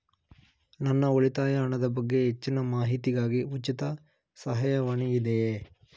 ನನ್ನ ಉಳಿತಾಯ ಹಣದ ಬಗ್ಗೆ ಹೆಚ್ಚಿನ ಮಾಹಿತಿಗಾಗಿ ಉಚಿತ ಸಹಾಯವಾಣಿ ಇದೆಯೇ?